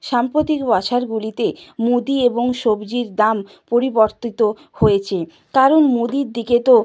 সাম্প্রতিক বছরগুলিতে মুদি এবং সবজির দাম পরিবর্তিত হয়েছে কারণ মুদির দিকে তো